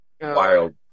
wild